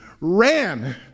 ran